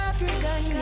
African